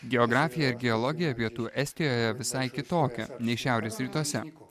geografija ir geologija pietų estijoje visai kitokia nei šiaurės rytuose